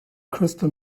crystal